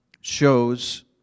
shows